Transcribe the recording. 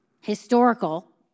historical